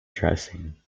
dressing